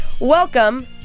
Welcome